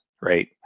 right